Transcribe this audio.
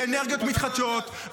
לאנרגיות מתחדשות,